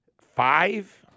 five